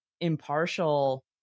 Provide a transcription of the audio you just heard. impartial